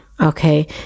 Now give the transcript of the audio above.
okay